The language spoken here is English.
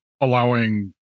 allowing